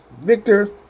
Victor